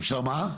אפשר מה?